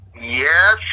Yes